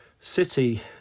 city